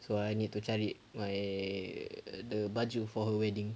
so I need to cari my the baju for her wedding